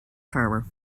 farmer